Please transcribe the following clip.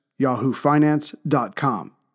yahoofinance.com